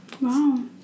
Wow